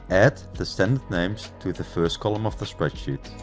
add the standard names to the first column of the spreadsheet.